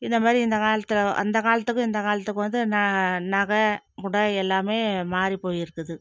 இந்த மாரி இந்த காலத்தில் அந்த காலத்துக்கும் இந்த காலத்துக்கும் வந்து ந நகை உடை எல்லாமே மாறி போயிருக்குது